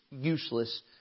useless